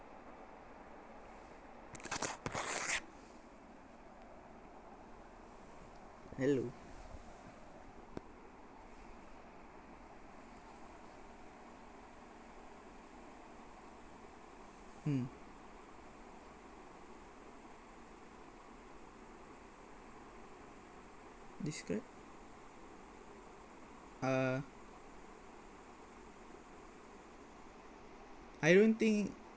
hello mm describe uh I don't think